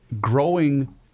growing